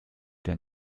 der